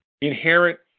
Inherent